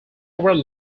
were